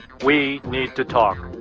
we need to talk.